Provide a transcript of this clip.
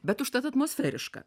bet užtat atmosferiška